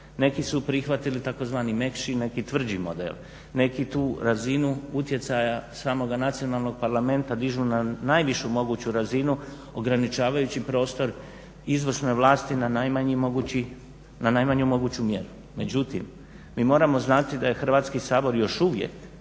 Neki su prihvatili tzv. mekši, neki tvrđi model, neki tu razinu utjecaja samog nacionalnog parlamenta dižu na najvišu moguću razinu ograničavajući prostor izvršne vlasti na najmanju moguću mjeru. Međutim, mi moramo znati da je Hrvatski sabor još uvijek